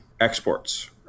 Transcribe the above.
exports